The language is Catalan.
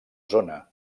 zona